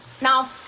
now